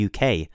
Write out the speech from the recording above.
UK